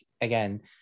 again